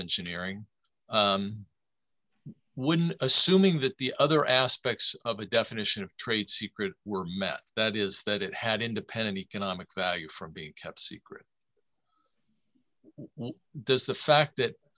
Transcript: engineering when assuming that the other aspects of a definition of trade secret were met that is that it had independent economic value from being kept secret does the fact that